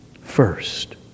first